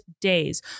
days